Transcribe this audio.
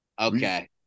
Okay